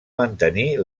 mantenir